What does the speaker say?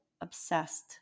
obsessed